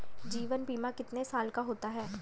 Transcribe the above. जीवन बीमा कितने साल का होता है?